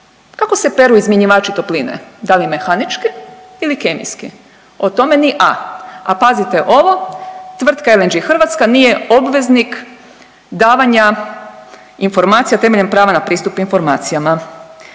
kako se peru izmjenjivači topline? Da li mehanički ili kemijski? O tome ni A. A pazite ovo, Tvrtka LNG Hrvatska nije obveznik davanja informacija temeljem prava na pristup informacijama.